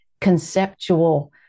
conceptual